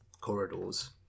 corridors